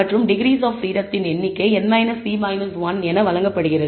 மற்றும் degrees of freedom எண்ணிக்கை n p 1 என வழங்கப்படுகிறது